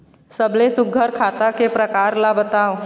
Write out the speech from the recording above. सबले सुघ्घर खाता के प्रकार ला बताव?